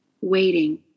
waiting